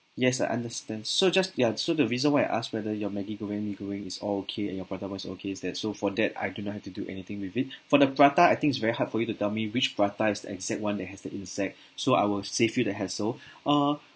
yes I understand so just ya so the reason why I asked whether your Maggi goreng mee goreng is all okay and your prata bomb is okay is that so for that I do not have to do anything with it for the prata I think it's very hard for you to tell me which prata is the exact one that has the insect so I will save you the hassle uh